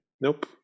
Nope